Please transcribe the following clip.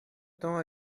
temps